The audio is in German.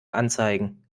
anzeigen